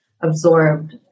absorbed